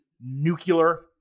nuclear